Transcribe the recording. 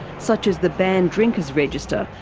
such as the banned drinkers register,